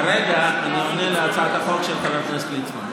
כרגע אני עונה להצעת החוק של חבר הכנסת ליצמן,